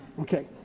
okay